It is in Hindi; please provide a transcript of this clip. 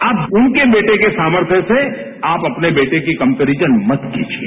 आप उनके बेटे के सामर्थय से अपने बेटे की कंयेरिजन मत करिये